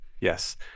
Yes